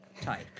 type